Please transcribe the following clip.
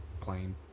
plain